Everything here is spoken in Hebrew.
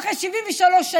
אחרי 73 שנים,